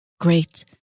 great